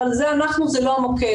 אבל זה אנחנו, זה לא המוקד.